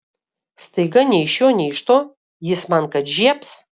staiga nei iš šio nei iš to jis man kad žiebs